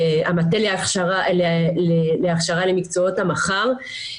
המטה להכשרה למקצועות המחר.